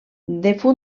fundació